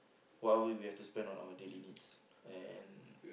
whatever we have to spend on our daily needs and